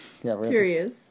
Curious